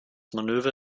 manöver